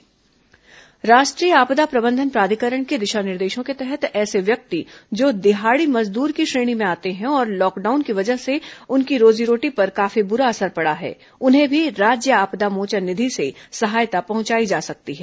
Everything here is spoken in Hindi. कोरोना आपदा मोचन निधि सहायता राष्ट्रीय आपदा प्रबंधन प्राधिकरण के दिशा निर्देशों के तहत ऐसे व्यक्ति जो दिहाड़ी मजदूर की श्रेणी में आते हैं और लॉकडाउन की वजह से उनकी रोजी रोटी पर काफी बुरा असर पड़ा है उन्हें भी राज्य आपदा मोचन निधि से सहायता पहुंचाई जा सकती है